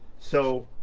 so